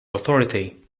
authority